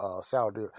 Saudi